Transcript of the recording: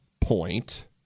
point